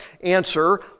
Answer